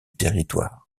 territoire